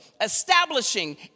establishing